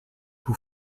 who